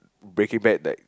break it back like